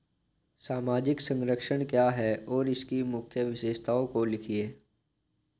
सामाजिक संरक्षण क्या है और इसकी प्रमुख विशेषताओं को लिखिए?